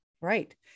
Right